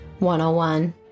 101